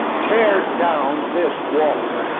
tear down this wall.